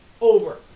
over